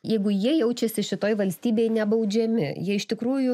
jeigu jie jaučiasi šitoj valstybėj nebaudžiami jie iš tikrųjų